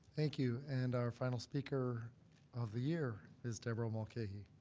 thank you, and our final speaker of the year is debra mulcahey.